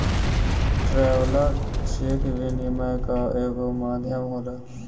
traveller cheque विनिमय कअ एगो माध्यम होला